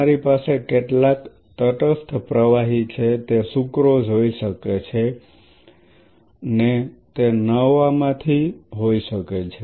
તમારી પાસે કેટલાક તટસ્થ પ્રવાહી છે તે સુક્રોઝ હોઈ શકે છે તે નવા માંથી હોઈ શકે છે